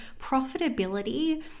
profitability